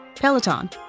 Peloton